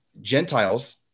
gentiles